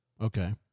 Okay